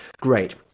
Great